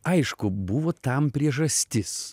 aišku buvo tam priežastis